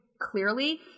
clearly